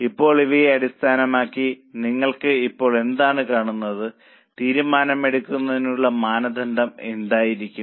ഇപ്പോൾ ഇവയെ അടിസ്ഥാനമാക്കി നിങ്ങൾ ഇപ്പോൾ എന്താണ് കാണുന്നത് തീരുമാനമെടുക്കുന്നതിനുള്ള മാനദണ്ഡം എന്തായിരിക്കും